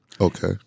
okay